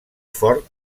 fort